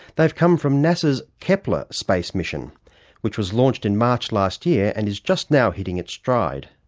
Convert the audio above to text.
they've come from nasa's kepler space mission which was launched in march last year and is just now hitting its stride.